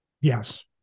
Yes